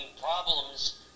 problems